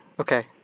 Okay